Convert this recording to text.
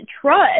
trust